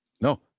No